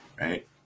right